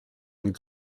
and